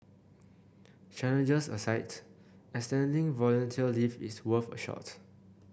challenges aside extending volunteer leave is worth a shot